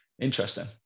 Interesting